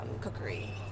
cookery